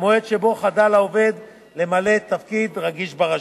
מהמועד שבו חדל העובד למלא תפקיד רגיש ברשות.